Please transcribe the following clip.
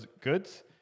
goods